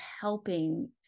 helping